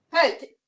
Hey